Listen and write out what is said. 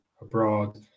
abroad